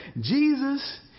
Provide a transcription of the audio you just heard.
Jesus